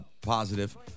positive